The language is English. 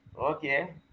Okay